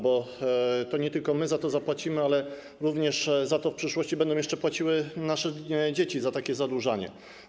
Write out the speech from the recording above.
Bo nie tylko my za to zapłacimy, ale również w przyszłości będą jeszcze płaciły nasze dzieci za to, za takie zadłużanie.